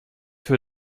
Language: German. für